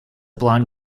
blonde